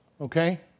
Okay